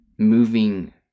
Moving